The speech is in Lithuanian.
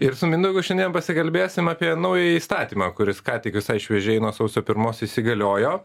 ir su mindaugu šiandien pasikalbėsim apie naująjį įstatymą kuris ką tik visai šviežiai nuo sausio pirmos įsigaliojo